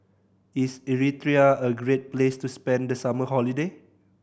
is Eritrea a great place to spend the summer holiday